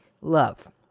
Love